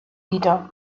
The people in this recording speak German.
wider